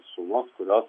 sumos kurios